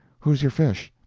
who's your fish?